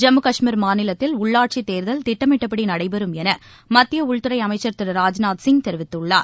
ஜம்மு காஷ்மீர் மாநிலத்தில் உள்ளாட்சித் தேர்தல் திட்டமிட்டபடி நடைபெறும் என மத்திய உள்துறை அமைச்சர் திரு ராஜ்நாத் சிங் தெரிவித்துள்ளார்